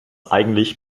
eigentlich